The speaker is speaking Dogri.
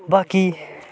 बाकी